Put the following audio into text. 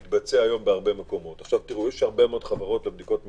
יש הרבה מאוד חברות של בדיקות מהירות,